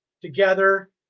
together